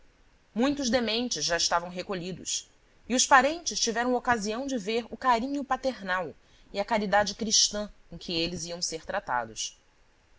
muitos dementes já estavam recolhidos e os parentes tiveram ocasião de ver o carinho paternal e a caridade cristã com que eles iam ser tratados